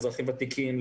לאזרחים ותיקים,